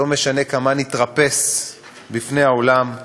לא משנה כמה נתרפס בפני העולם,